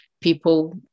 people